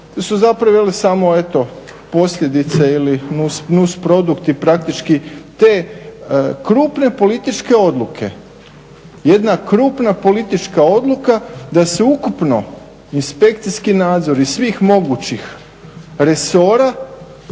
su zapravo bile samo eto posljedice ili nusprodukti praktički te krupne političke odluke. Jedna krupna politička odluka da se ukupno inspekcijski nadzori iz svih mogućih resora,